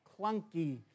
clunky